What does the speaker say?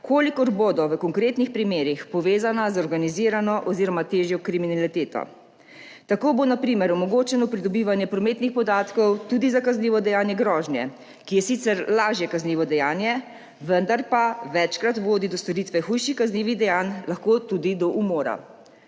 če bodo v konkretnih primerih povezana z organizirano oziroma težjo kriminaliteto. Tako bo na primer omogočeno pridobivanje prometnih podatkov tudi za kaznivo dejanje grožnje, ki je sicer lažje kaznivo dejanje, vendar pa večkrat vodi do storitve hujših kaznivih dejanj, lahko tudi do umora.